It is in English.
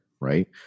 Right